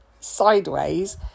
sideways